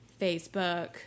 Facebook